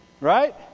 Right